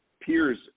peers